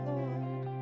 Lord